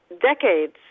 decades